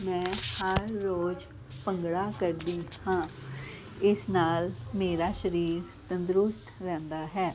ਮੈਂ ਹਰ ਰੋਜ਼ ਭੰਗੜਾ ਕਰਦੀ ਹਾਂ ਇਸ ਨਾਲ ਮੇਰਾ ਸਰੀਰ ਤੰਦਰੁਸਤ ਰਹਿੰਦਾ ਹੈ